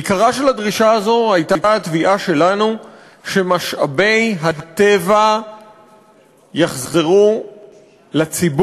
עיקרה של הדרישה הזו היה תביעה שלנו שמשאבי הטבע יחזרו לציבור,